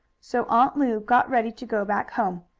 so aunt lu got ready to go back home.